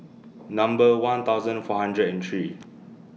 nuber one thousand four hundred and three